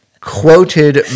quoted